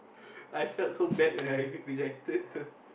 I felt so bad when I rejected her